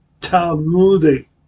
Talmudic